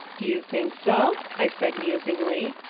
do you think so? i said musingly.